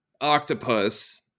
octopus